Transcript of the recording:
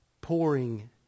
pouring